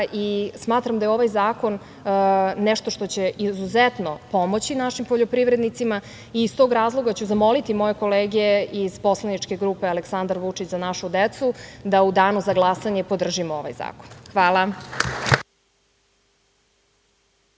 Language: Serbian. i smatram da je ovaj zakon nešto što će izuzetno pomoći našim poljoprivrednicima i iz tog razloga ću zamoliti moje kolege iz poslaničke grupe Aleksandar Vučić – Za našu decu, da u danu za glasanje podržimo ovaj zakon. Hvala